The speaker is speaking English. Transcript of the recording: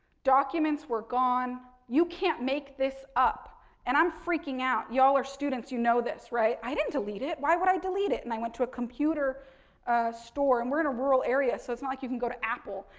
documents were gone, you can't make this up and i'm freaking out. you all are students, you know this, right. i didn't delete it, why would i delete it? and i went to a computer store. and we're in a rural area so it's not like you can go to apple.